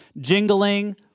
jingling